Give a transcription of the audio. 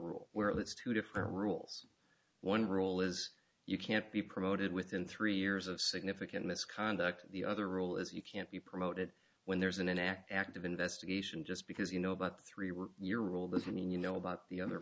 rule where it's two different rules one rule is you can't be promoted within three years of significant misconduct the other rule is you can't be promoted when there's an act active investigation just because you know about three were your rule doesn't mean you know about the other